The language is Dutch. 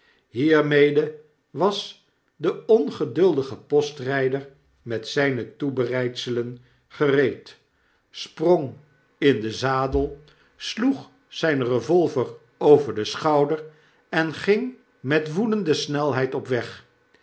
hiermede was de ongeduldigepostryder met zyne toebereidselen gereed sprong in den zadel mopes de kluizenaab sloeg zijn revolver over den schouder en ging met woedende snelheid op weg